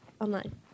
online